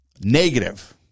negative